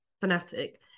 fanatic